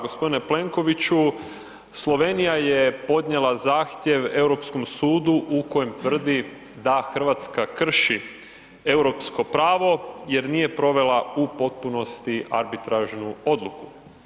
Gospodine Plenkoviću, Slovenija je podnijela zahtjev Europskom sudu u kojem tvrdi da Hrvatska krši europsko pravo jer nije provela u potpunosti arbitražnu odluku.